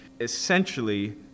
essentially